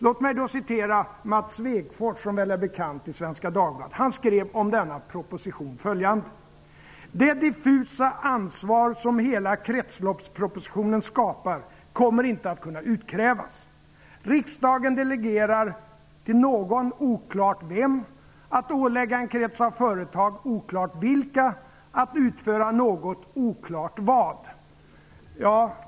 Låt mig hänvisa till Mats Svegfors, som torde vara bekant i Svenska Dagbladet. Om denna proposition skrev han följande: Det diffusa ansvar som hela kretsloppspropositionen skapar kommer inte att kunna utkrävas. Riksdagen delegerar till någon, oklart vem, att ålägga en krets av företag, oklart vilka, att utföra något, oklart vad.